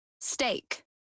Steak